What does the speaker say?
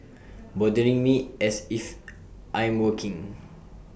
bothering me as if I'm working